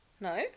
No